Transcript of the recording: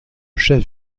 chef